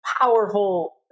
powerful